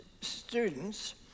students